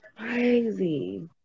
crazy